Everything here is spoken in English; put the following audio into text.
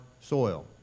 soil